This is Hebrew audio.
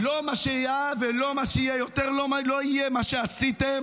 יותר לא יהיה מה שעשיתם.